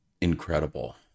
incredible